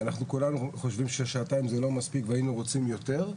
אנחנו כולנו חושבים ששעתיים זה לא מספיק והיינו רוצים יותר,